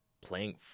Playing